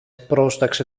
πρόσταξε